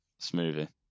Smoothie